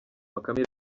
bakame